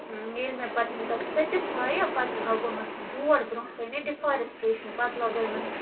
ییٚلہِ مےٚ پَتہٕ تِم تَتھ ژٔٹِتھ تھایہِ پَتہٕ لَگومَس بورڈ برٛونٛہہ کَنہِ ڈِفارٮسٹریشَن پَتہٕ لَگٲیمَس